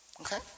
Okay